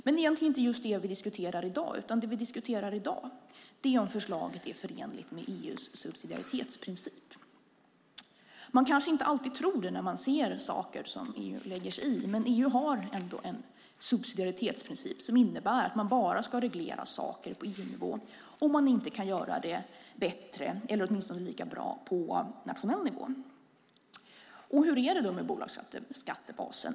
Men det är egentligen inte det vi diskuterar i dag, utan det vi diskuterar i dag är om förslaget är förenligt med EU:s subsidiaritetsprincip. Man kanske inte alltid tror det när man ser saker som EU lägger sig i, men EU har en subsidiaritetsprincip som innebär att man bara ska reglera saker på EU-nivå om man inte kan göra det bättre eller åtminstone lika bra på nationell nivå. Hur är det då med bolagsskattebasen?